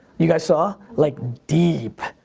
you guys saw. like deep,